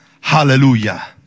Hallelujah